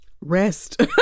rest